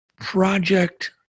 project